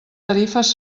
tarifes